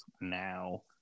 now